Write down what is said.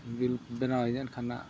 ᱵᱮᱱᱟᱣᱧᱟ ᱮᱱᱷᱟᱱ ᱚᱱᱟ